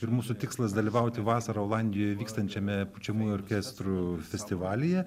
ir mūsų tikslas dalyvauti vasarą olandijoje vykstančiame pučiamųjų orkestrų festivalyje